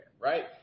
Right